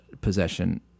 possession